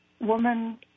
Woman